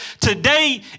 today